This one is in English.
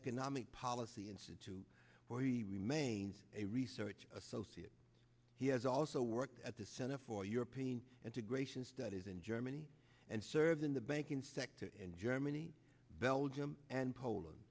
economic policy institute where he remains a research associate he has also worked at the center for european integration studies in germany and served in the banking sector in germany belgium and poland